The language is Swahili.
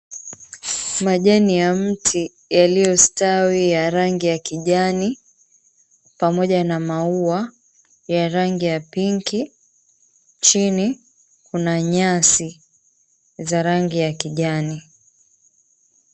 Majani ya mti yaliyostawi ya rangi ya kijani pamoja na maua ya rangi ya pinki. Chini kuna nyasi za rangi ya kijani.